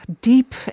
deep